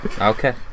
Okay